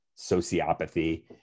sociopathy